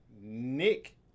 Nick